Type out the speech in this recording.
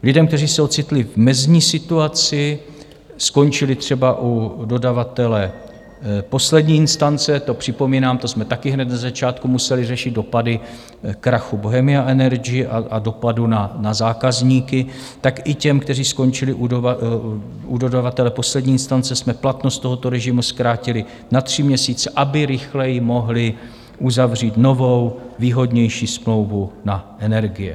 Lidem, kteří se ocitli v mezní situaci, skončili třeba u dodavatele poslední instance, to připomínám, to jsme taky hned na začátku museli řešit, dopady krachu Bohemia Energy a dopadu na zákazníky, tak i těm, kteří skončili u dodavatele poslední instance jsme platnost tohoto režimu zkrátili na tři měsíce, aby rychleji mohli uzavřít novou, výhodnější smlouvu na energie.